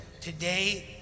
today